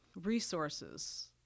resources